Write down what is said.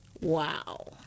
Wow